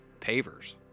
pavers